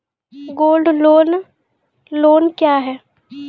Gold loan loan क्या हैं?